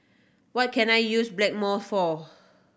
what can I use Blackmore for